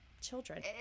children